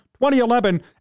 2011